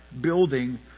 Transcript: building